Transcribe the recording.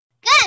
Good